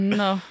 no